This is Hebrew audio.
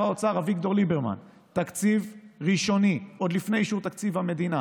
האוצר אביגדור ליברמן תקציב ראשוני עוד לפני תקציב המדינה,